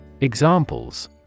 examples